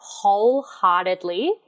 wholeheartedly